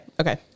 okay